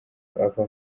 ava